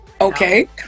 okay